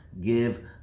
give